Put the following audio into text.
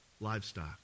livestock